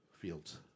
Fields